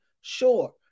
Sure